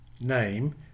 Name